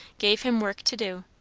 gave him work to do.